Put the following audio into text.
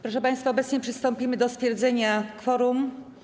Proszę państwa, obecnie przystąpimy do stwierdzenia kworum.